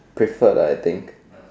preferred ah I think